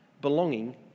belonging